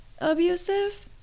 abusive